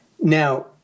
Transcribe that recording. Now